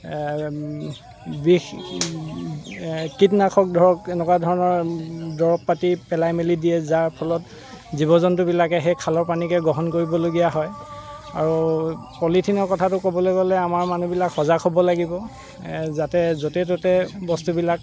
বিষ এই কিটনাশক ধৰক এনেকুৱা ধৰণৰ দৰব পাতি পেলাই মেলি দিয়ে যাৰ ফলত জীৱ জন্তুবিলাকে সেই খালৰ পানীকে গ্ৰহণ কৰিবলগীয়া হয় আৰু পলিথিনৰ কথাটো ক'বলৈ গ'লে আমাৰ মানুহবিলাক সজাগ হ'ব লাগিব যাতে য'তে ত'তে বস্তুবিলাক